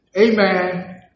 amen